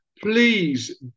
Please